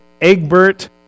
Egbert